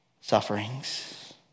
sufferings